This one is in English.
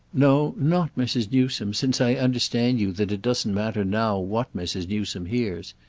no not mrs. newsome since i understand you that it doesn't matter now what mrs. newsome hears.